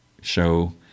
show